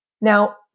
Now